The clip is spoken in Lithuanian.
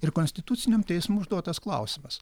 ir konstituciniam teismui užduotas klausimas